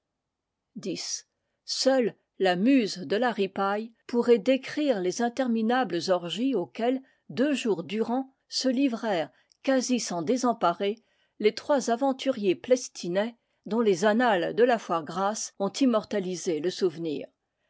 seule la muse de la ripaille pourrait décrire les intermi nables orgies auxquelles deux jours durant se livrèrent quasi sans désemparer les trois aventuriers plestinais dont les annales de la foire grasse ont immortalisé le souvenir